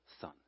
son